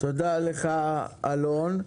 תודה אלון.